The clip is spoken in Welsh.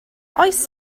oes